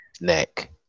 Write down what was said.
neck